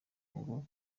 ngo